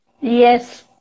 Yes